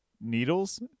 needles